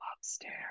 upstairs